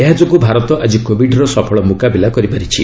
ଏହାଯୋଗୁଁ ଭାରତ ଆଜି କୋବିଡ୍ର ସଫଳ ମୁକାବିଲା କରିପାରିଛି